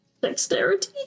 dexterity